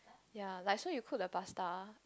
ya like so you cook the pasta